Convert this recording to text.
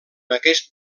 aquest